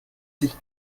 sich